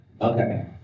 Okay